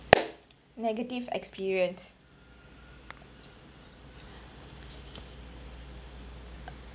negative experience